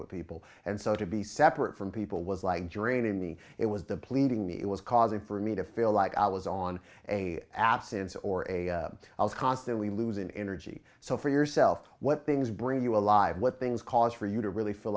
h people and so to be separate from people was like geranium me it was the pleading me it was causing for me to feel like i was on a absence or a i was constantly losing energy so for yourself what things bring you alive what things cause for you to really feel